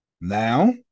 now